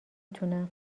تونم